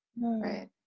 right